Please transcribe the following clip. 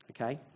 Okay